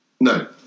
No